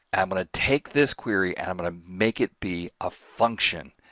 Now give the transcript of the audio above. i'm going to take this query and i'm going to make it be a function,